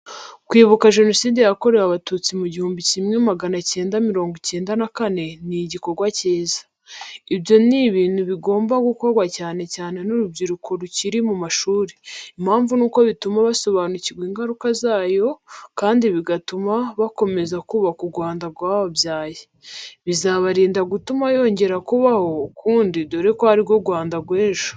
Kwibuka genoside yakorewe Abatutsi mu gihumbi kimwe magana cyenda mirongo icyenda na kane, ni igikorwa cyiza. Ibyo ni ibintu bigomba gukorwa cyane cyane n'urubyiruko rukiri mu mashuri. Impamvu nuko bituma basobanurirwa ingaruka zayo kandi bigatuma bakomeza kubaka urwababyaye. Bizabarinda gutuma yongera kubaho ukundi dore ko ari rwo Rwanda rw'ejo.